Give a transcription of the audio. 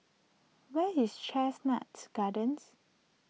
where is Chestnut Gardens